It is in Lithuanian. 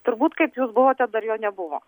turbūt kaip jūs buvote dar jo nebuvo